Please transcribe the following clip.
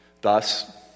Thus